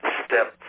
step